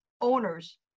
owners